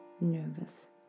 nervous